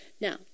Now